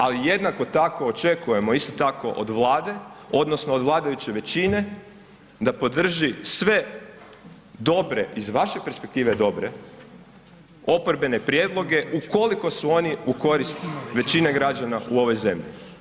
Ali jedno tako očekujemo, isto tako od vlade odnosno od vladajuće većine da podrži sve dobre, iz vaše perspektive, dobre oporbene prijedloge ukoliko su oni u korist većine građana u ovoj zemlji.